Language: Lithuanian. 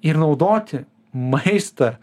ir naudoti maistą